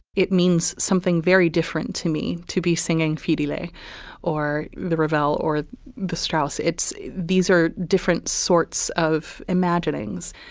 it means something very different to me to be singing feedly or the revelle or the strauss. it's these are different sorts of imaginings.